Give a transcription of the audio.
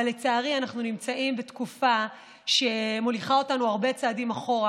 אבל לצערי אנחנו נמצאים בתקופה שמוליכה אותנו הרבה צעדים אחורה.